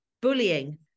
bullying